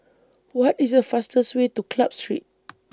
What IS The fastest Way to Club Street